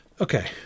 Okay